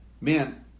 man